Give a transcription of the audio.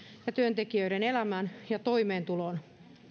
ja työntekijöiden elämään ja toimeentuloon